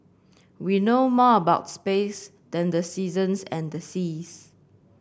we know more about space than the seasons and the seas